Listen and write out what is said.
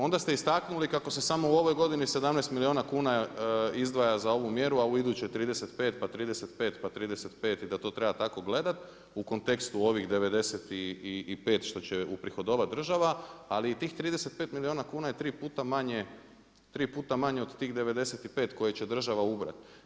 Onda ste istaknuli kako se samo u ovoj godini 17 milijuna kuna izdvaja za ovu mjeru, a u idućoj 35, pa 35, pa 35 i da to treba tako gledat u kontekstu ovih 95 što će uprihodovat država, ali i tih 35 milijuna kuna je tri puta manje od tih 95 koje će država ubrat.